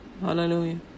hallelujah